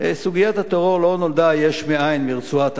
סוגיית הטרור לא נולדה יש מאין ברצועת-עזה.